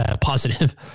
positive